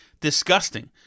Disgusting